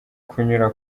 kunyura